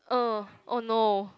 oh oh no